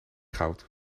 goud